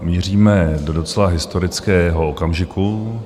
Míříme do docela historického okamžiku.